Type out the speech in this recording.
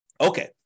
Okay